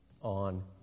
on